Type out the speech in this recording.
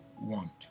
want